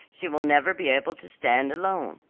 she will never be able to stand alone.